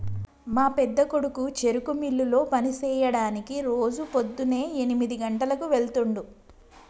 మా పెద్దకొడుకు చెరుకు మిల్లులో పని సెయ్యడానికి రోజు పోద్దున్నే ఎనిమిది గంటలకు వెళ్తుండు